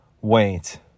Wait